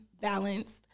balanced